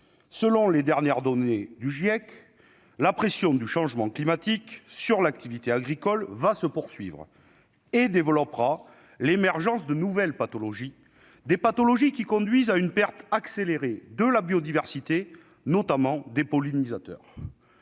Selon les dernières données du GIEC, la pression du changement climatique sur l'activité agricole va se poursuivre et développera l'émergence de nouvelles pathologies, des pathologies qui conduisent à une perte accélérée de la biodiversité, notamment des pollinisateurs.